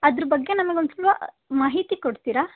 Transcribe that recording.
ಅದ್ರ ಬಗ್ಗೆ ನಮ್ಗೆ ಒಂದು ಸ್ವಲ್ಪ ಮಾಹಿತಿ ಕೊಡ್ತೀರಾ